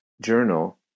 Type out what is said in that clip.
journal